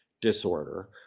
disorder